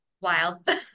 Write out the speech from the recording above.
wild